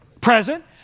Present